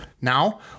Now